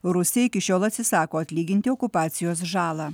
rusija iki šiol atsisako atlyginti okupacijos žalą